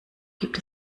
gibt